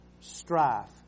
strife